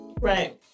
Right